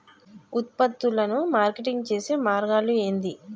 ఉత్పత్తులను మార్కెటింగ్ చేసే మార్గాలు ఏంది?